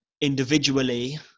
individually